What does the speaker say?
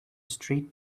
street